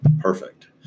perfect